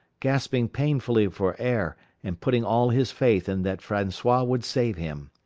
gasping painfully for air and putting all his faith in that francois would save him.